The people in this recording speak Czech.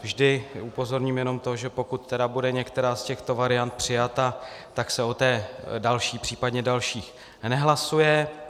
Vždy upozorním jenom na to, že pokud bude některá z těchto variant přijata, tak se o té další, případně dalších, nehlasuje.